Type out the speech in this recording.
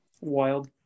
Wild